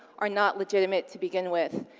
are not legitimate to begin with.